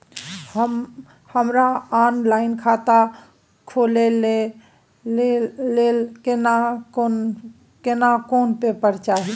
हमरा ऑनलाइन खाता खोले के लेल केना कोन पेपर चाही?